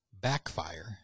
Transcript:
backfire